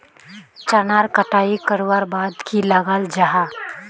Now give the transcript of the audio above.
चनार कटाई करवार बाद की लगा जाहा जाहा?